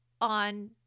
on